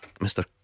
Mr